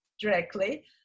directly